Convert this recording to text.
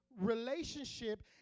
relationship